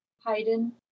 haydn